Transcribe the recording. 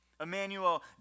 Emmanuel